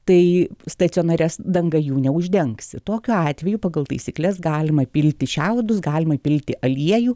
tai stacionarias danga jų neuždengsi tokiu atveju pagal taisykles galima pilti šiaudus galima įpilti aliejų